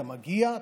אתה מגיע,